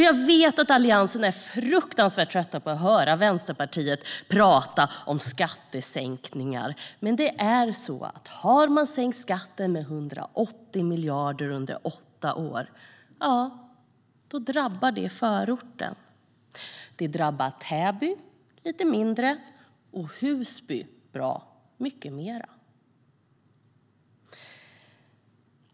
Jag vet att Alliansen är fruktansvärt trött på att höra Vänsterpartiet tala om skattesänkningar, men om man har sänkt skatten med 180 miljarder under åtta år drabbar det förorten. Det drabbar Täby lite mindre och Husby bra mycket mer.